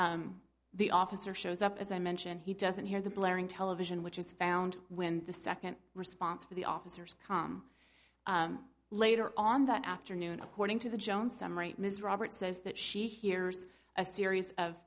r the officer shows up as i mention he doesn't hear the blaring television which is found when the second response for the officers come later on that afternoon according to the jones summary ms roberts says that she hears a series of